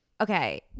Okay